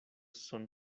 son